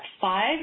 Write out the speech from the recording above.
five